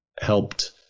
helped